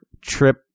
Trip